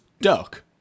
Duck